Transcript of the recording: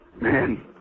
man